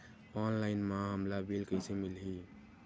Online म हमला bill कइसे मिलही?